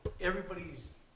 everybody's